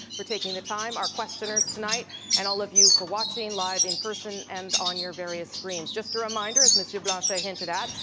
for taking the time, our questioners tonight and all of you for watching live in person and on your various screens. just a reminder, as mr. blanchet hinted at,